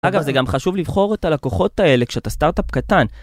אגב, זה גם חשוב לבחור את הלקוחות האלה כשאתה סטארט-אפ קטן.